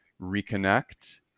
reconnect